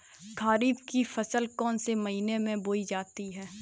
खरीफ की फसल कौन से महीने में बोई जाती है?